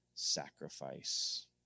sacrifice